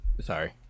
sorry